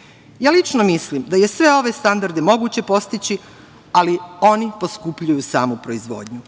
utakmice. Lično mislim da je sve ove standarde moguće postići, ali oni poskupljuju samu proizvodnju.